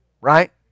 Right